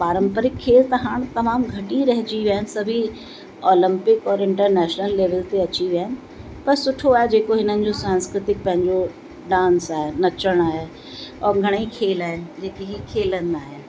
औरि पारंपरिक खेल त हाण तमामु घट ई रहिजी विया आहिनि सभी ऑलंपिक और इंटरनेशनल लेवल ते अची विया आहिनि पर सुठो आहे जेको हिननि जो सांस्कृतिक पंहिंजो डांस आहे नचणु आहे और घणेई खेल आहिनि जेके हीअ खेॾंदा आहिनि